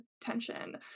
tension